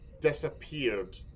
disappeared